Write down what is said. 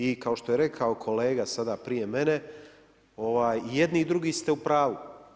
I kao što je rekao kolega sada prije mene i jedni i drugi ste u pravu.